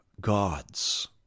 gods